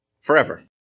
forever